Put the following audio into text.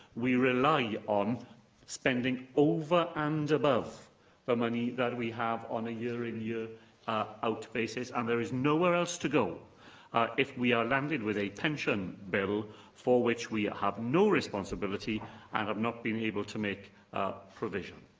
we rely on spending over and above the money that we have on a year-in, yeah ah year-out basis, and there is nowhere else to go if we are landed with a pension bill for which we have no responsibility and have not been able to make ah provision.